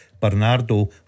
Bernardo